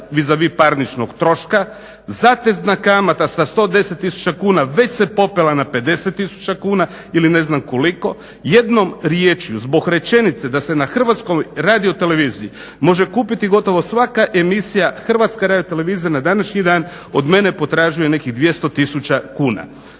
vis a vis parničnog troška. Zatezna kamata sa 110 tisuća kuna već se popela na 50 tisuća kuna ili ne znam koliko. Jednom rječju, zbog rečenice da se na Hrvatskoj Radioteleviziji može kupiti gotovo svaka emisija Hrvatska radiotelevizija na današnji dan od mene potražuje nekih 200 tisuća kuna.